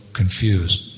confused